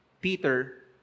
Peter